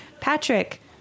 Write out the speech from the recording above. Patrick